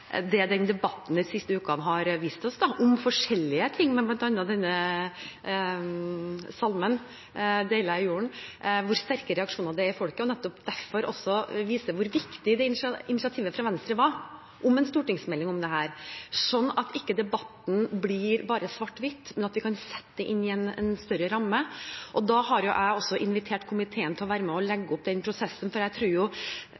siste ukene har vist oss om forskjellige ting, med bl.a. denne salmen Deilig er jorden, og hvor sterke reaksjoner det er i folket. Det viser nettopp også hvor viktig det initiativet fra Venstre var om en stortingsmelding om dette, så ikke debatten blir bare svart–hvitt, men at vi kan sette det inn i en større ramme. Da har jeg også invitert komiteen til å være med og legge opp den prosessen, for jeg tror jo